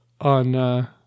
on